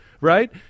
Right